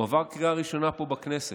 הוא עבר קריאה ראשונה פה בכנסת.